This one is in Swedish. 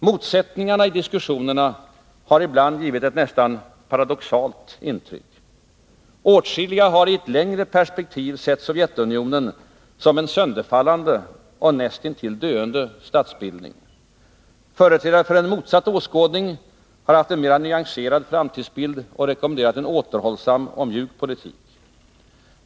Motsättningar i diskussionerna har ibland givit ett nästan paradoxalt intryck. Åtskilliga har i ett längre perspektiv sett Sovjetunionen som en sönderfallande och nästintill döende statsbildning. Företrädare för en motsatt åskådning har haft en mera nyanserad framtidsbild och rekommenderat en återhållsam och mjuk politik.